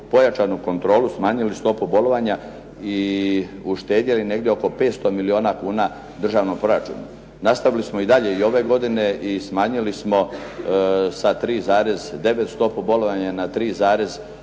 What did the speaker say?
pojačanu kontrolu, smanjili stopu bolovanja i uštedjeli negdje oko 500 milijuna kuna državnog proračuna. Nastavili smo i dalje i ove godine i smanjili smo sa 3,9 stopu bolovanja na 3,7,